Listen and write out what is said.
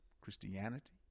Christianity